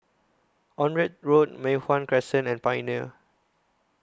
Onraet Road Mei Hwan Crescent and Pioneer